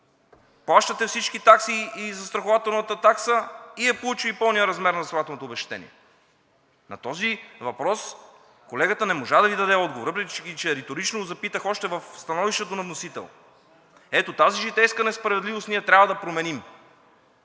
плащате всички такси и застрахователната такса, получил е и пълният размер на застрахователното обезщетение. На този въпрос колегата не можа да Ви даде отговор, въпреки че риторично запитах още в становището на вносител. Ето тази житейска несправедливост ние трябва да променим,